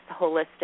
holistic